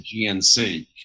GNC